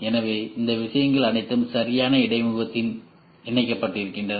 எனவே இந்த விஷயங்கள் அனைத்தும் சரியான இடைமுகத்தில் இணைக்கப்படுகின்றன